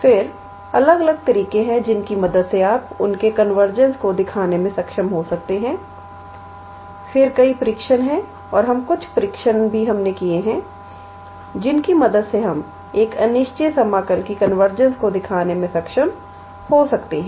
फिर अलग अलग तरीके हैं जिनकी मदद से आप उनके कन्वर्जेंस को दिखाने में सक्षम हो सकते हैं फिर कई परीक्षण हैं और हमने कुछ परीक्षण भी किए हैं जिनकी मदद से हम एक अनिश्चित समाकल की कन्वर्जेंस को दिखाने में सक्षम हो सकते हैं